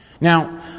Now